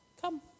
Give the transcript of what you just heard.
come